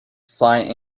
flying